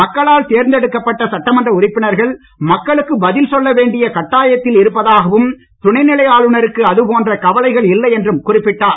மக்களால் தேர்ந்தெடுக்கப்பட்ட சட்டமன்ற உறுப்பினர்கள் மக்களுக்கு பதில் சொல்ல வேண்டிய கட்டாயத்தில் இருப்பதாகவும் துணை நிலை ஆளுநருக்கு அதுபோன்ற கவலைகள் இல்லை என்றும் குறிப்பிட்டார்